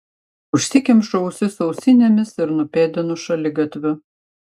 užsikemšu ausis ausinėmis ir nupėdinu šaligatviu